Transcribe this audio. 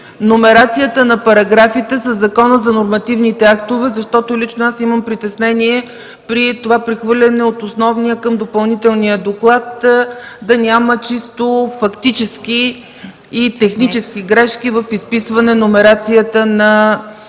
номерацията на параграфите със Закона за нормативните актове, защото лично аз имам притеснение при това прехвърляне от основния към допълнителния доклад да няма чисто фактически и технически грешки в изписване номерацията на параграфите.